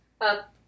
up